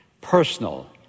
personal